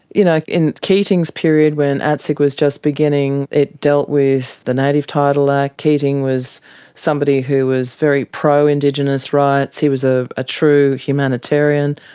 you know, in keating's period when atsic was just beginning it dealt with the native title act keating was somebody who was very pro indigenous rights, he was ah a true humanitarian.